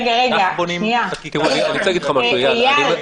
עופר, אתה רוצה להעיר על סעיף 38?